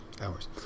hours